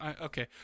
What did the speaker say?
Okay